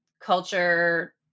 culture